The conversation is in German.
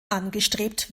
angestrebt